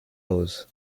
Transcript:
aus